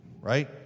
right